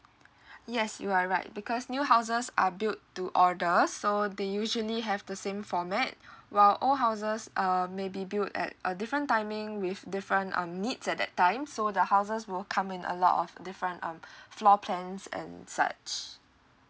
yes you are right because new houses are built to order so they usually have the same format while old houses uh may be built at a different timing with different um needs at that time so the houses will come in a lot of different um floor plans and such